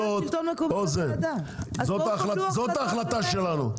אז בואו קבלו החלטה --- זאת ההחלטה שלנו,